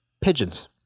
pigeons